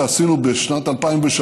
שעשינו בשנת 2003,